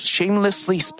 Shamelessly